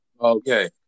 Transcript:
Okay